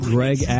Greg